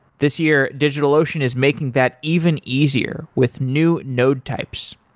this year, digitalocean is making that even easier with new node types.